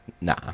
Nah